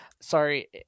Sorry